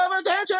attention